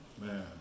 Man